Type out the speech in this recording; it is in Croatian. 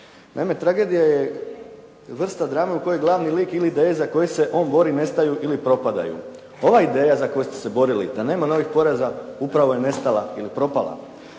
Naime, tragedija je vrsta drame u kojoj glavni lik ili ideje za koje se on bori nestaju ili propadaju. Ova ideja za koju ste se borili da nema novih poreza upravo je nestala ili propala.